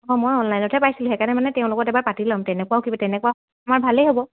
অঁ মই অনলাইনতেহ পাইছিলোঁ সেইকাৰণ মানে তেওঁলোকৰ পাতি লও তেনেকুৱাও কিবা তেনেকুৱা আমাৰ ভালেই হ'ব